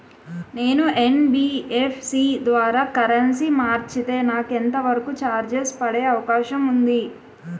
నేను యన్.బి.ఎఫ్.సి ద్వారా కరెన్సీ మార్చితే నాకు ఎంత వరకు చార్జెస్ పడే అవకాశం ఉంది?